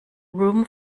room